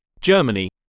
Germany